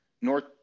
North